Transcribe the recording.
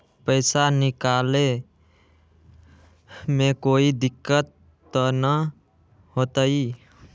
पैसा निकाले में कोई दिक्कत त न होतई?